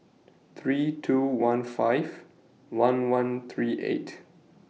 three two one five one one three eight